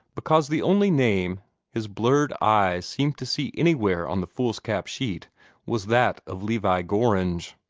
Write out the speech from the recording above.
because the only name his blurred eyes seemed to see anywhere on the foolscap sheet was that of levi gorringe.